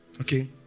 Okay